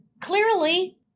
clearly